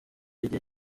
igihe